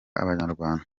abanyarwanda